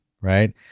right